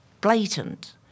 blatant